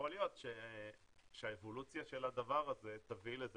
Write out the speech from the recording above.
יכול להיות שהאבולוציה של הדבר הזה תביא לזה